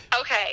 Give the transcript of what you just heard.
Okay